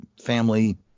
family